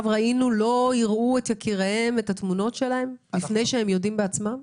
לא יראו את התמונות של יקיריהם לפני שהם יודעים בעצמם?